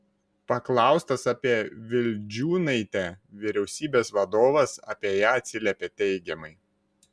paklaustas apie vildžiūnaitę vyriausybės vadovas apie ją atsiliepė teigiamai